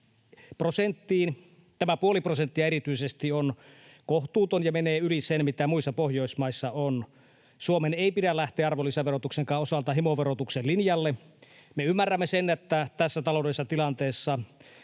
tämä puoli prosenttia on kohtuuton ja menee yli sen, mitä muissa Pohjoismaissa on. Suomen ei pidä lähteä arvonlisäverotuksenkaan osalta himoverotuksen linjalle. Me ymmärrämme sen, että tässä taloudellisessa tilanteessa